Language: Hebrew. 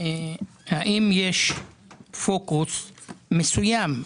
האם יש פוקוס מסוים,